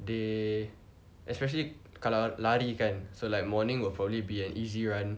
they especially kalau lari kan so like morning will probably be an easy run